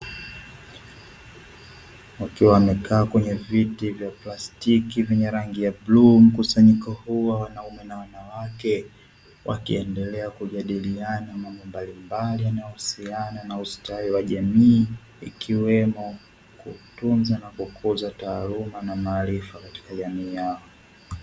Wakiwa wamekaa kwenye viti vya plastiki venye rangi ya bluu mkusanyiko huu wa wanaume na wanawake wakiendelea kujadiliana mambo mbalimbali yanayohusiana na ustawi wa jamii, ikiwemo kutunza na kukuza taaluma na maarifa katika jamii yao.